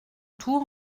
tour